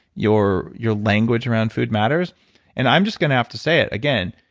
your your language around food matters and i'm just going to have to say it again.